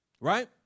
Right